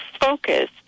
focus